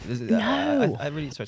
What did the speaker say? no